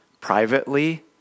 Privately